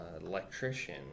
electrician